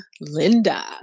Linda